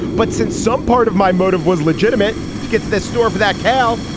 but since some part of my motive was legitimate to get to that store for that cal,